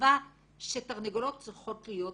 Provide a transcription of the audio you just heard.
מהמחשבה שתרנגולות צריכות להיות בכלוב.